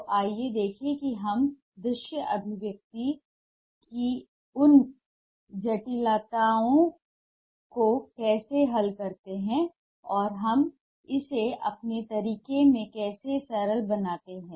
तो आइए देखें कि हम दृश्य अभिव्यक्ति की उन जटिलताओं को कैसे हल करते हैं और हम इसे अपने तरीके से कैसे सरल बनाते हैं